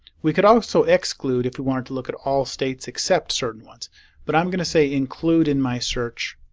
we could also exclude if we want to look at all states except certain ones but i'm going to say include in my search.